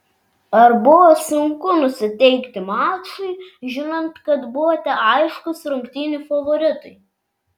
ar buvo sunku nusiteikti mačui žinant kad buvote aiškūs rungtynių favoritai